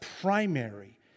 primary